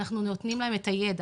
אנחנו נותנים להם את הידע,